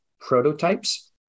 prototypes